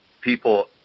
people